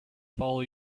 follow